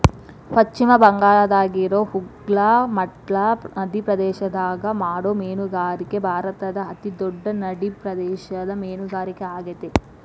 ಪಶ್ಚಿಮ ಬಂಗಾಳದಾಗಿರೋ ಹೂಗ್ಲಿ ಮಟ್ಲಾ ನದಿಪ್ರದೇಶದಾಗ ಮಾಡೋ ಮೇನುಗಾರಿಕೆ ಭಾರತದ ಅತಿ ದೊಡ್ಡ ನಡಿಪ್ರದೇಶದ ಮೇನುಗಾರಿಕೆ ಆಗೇತಿ